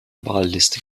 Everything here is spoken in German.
wahlliste